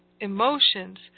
emotions